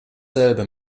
selbe